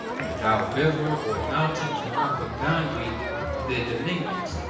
without river or mountain to mark the boundary of their dominions.